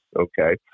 Okay